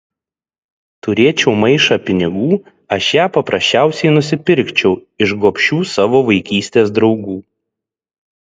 turėčiau maišą pinigų aš ją paprasčiausiai nusipirkčiau iš gobšių savo vaikystės draugų